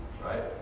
Right